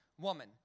woman